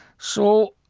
so,